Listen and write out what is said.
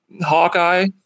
hawkeye